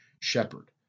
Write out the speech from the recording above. shepherd